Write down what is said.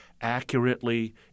accurately